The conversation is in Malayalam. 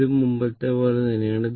ഇത് മുമ്പത്തെപ്പോലെ തന്നെയാണ്